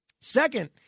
Second